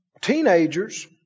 teenagers